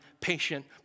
patient